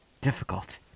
difficult